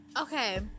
Okay